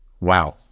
Wow